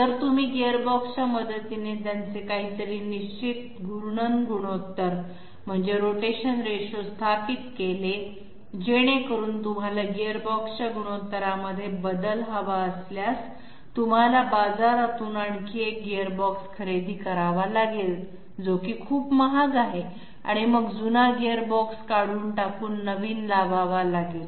जर तुम्ही गिअरबॉक्सच्या मदतीने त्यांचे काही तरी निश्चित रोटेशन रेशो स्थापित केले जेणेकरून तुम्हाला गिअरबॉक्सच्या गुणोत्तरामध्ये बदल हवा असल्यास तुम्हाला बाजारातून आणखी एक गियरबॉक्स खरेदी करावा लागेल जो की खूप महाग आहेत आणि मग जुना गिअरबॉक्स काढून टाकून नवीन लावावा लागेल